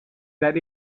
that